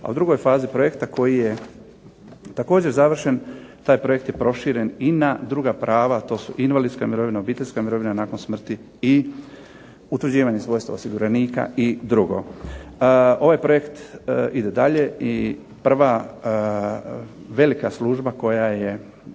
a u drugoj fazi projekta koji je također završen, taj projekt je proširen i na druga prava a to su invalidska mirovina, obiteljska mirovina nakon smrti i utvrđivanja svojstva osiguranika i drugo. Ovaj projekt ide dalje, i prva velika služba koja je